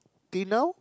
till now